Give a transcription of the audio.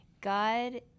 God